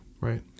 Right